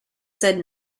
said